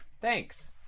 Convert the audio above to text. Thanks